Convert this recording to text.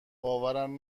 باورم